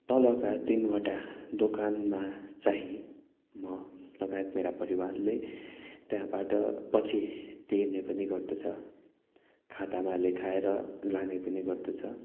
तलका तिनवटा दोकानमा चाहिँ म लगायत मेरा परिवारले त्यहाँबाट पछि तिर्ने पनि गर्दछ खातामा लेखाएर लाने पनि गर्दछ